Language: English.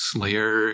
Slayer